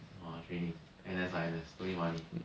!wah! training N_S ah N_S don't need money